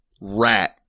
rat